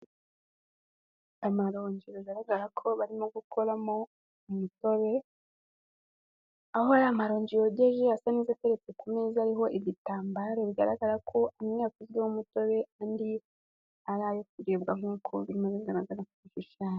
Amaronji bigaragara ko barimo gukoramo umutobe, aho ari amaronji yogeje asa neza ateretse ku meza ariho igitambaro bigaragara ko amwe yakozwemo umutobe, andi ari ayo kuribwa nkuko birimo bigaragara ku gishushanyo.